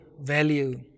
value